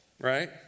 Right